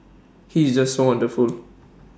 he is just wonderful